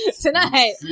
Tonight